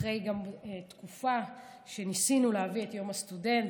אחרי תקופה שניסינו להביא את יום הסטודנט,